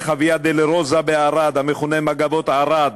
דרך הוויה דולורוזה בערד, המכונה "מגבות ערד"